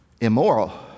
immoral